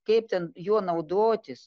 kaip ten juo naudotis